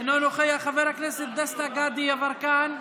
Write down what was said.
אינו נוכח, חבר הכנסת דסטה גדי יברקן,